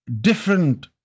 different